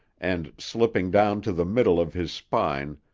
and, slipping down to the middle of his spine,